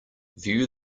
view